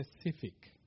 specific